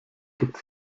gibt